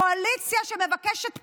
קואליציה שמבקשת פטור,